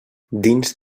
dins